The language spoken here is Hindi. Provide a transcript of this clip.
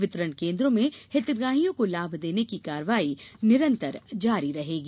वितरण केन्द्रों में हितग्राहियों को लाभ देने की कार्रवाई निरंतर जारी रहेगी